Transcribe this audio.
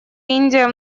индия